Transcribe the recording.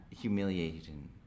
Humiliation